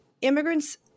Immigrants